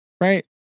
right